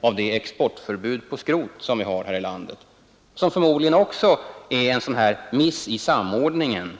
av det exportförbud för skrot som vi har här i landet, vilket förmodligen också är en sådan här miss i samordningen.